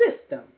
system